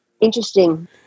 interesting